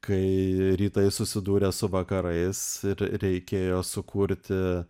kai rytai susidūrė su vakarais ir reikėjo sukurti